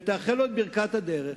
ותאחל לו את ברכת הדרך.